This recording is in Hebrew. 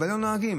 אבל אין לו נהגים.